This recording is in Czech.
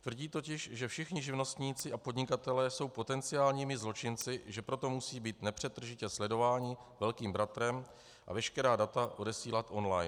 Tvrdí totiž, že všichni živnostníci a podnikatelé jsou potenciálními zločinci, že proto musí být nepřetržitě sledováni velkým bratrem a veškerá data odesílat online.